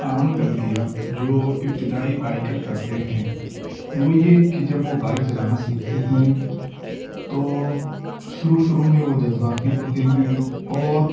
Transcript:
عام گلتیاں جو ابتدائی بائکر کرتے ہیں وہ یہ کہ جب وہ بائک چلانا سیکھتے ہیں تو شروع شروع میں وہ جذباتی ہوتے ہیں اور